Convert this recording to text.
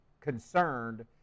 concerned